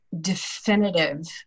definitive